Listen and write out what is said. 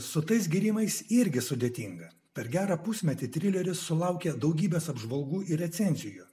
su tais gyrimais irgi sudėtinga per gerą pusmetį trileris sulaukė daugybės apžvalgų ir recenzijų